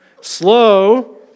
slow